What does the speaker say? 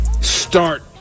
start